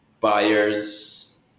buyers